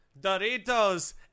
Doritos